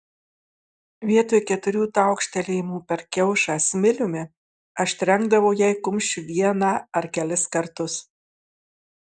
vietoj keturių taukštelėjimų per kiaušą smiliumi aš trenkdavau jai kumščiu vieną ar kelis kartus